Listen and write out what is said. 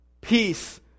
Peace